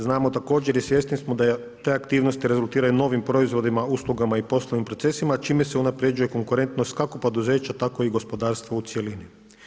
Znamo također i svjesni smo da te aktivnosti rezultiraju novim proizvodima, uslugama i poslovnim procesima čime se unapređuje konkurentnost kako poduzeća tako i gospodarstvo u cjelini.